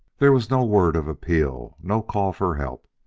there was no word of appeal, no call for help,